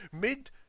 mid